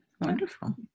wonderful